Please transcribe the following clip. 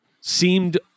seemed